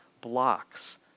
blocks